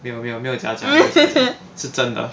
没有没有没有假假是真的